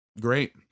Great